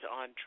on